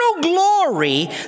glory